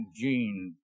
Jean